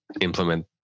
implement